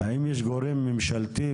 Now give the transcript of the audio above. האם יש גורם ממשלתי,